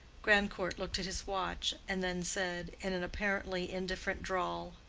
grandcourt looked at his watch, and then said, in an apparently indifferent drawl,